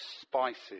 spices